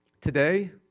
Today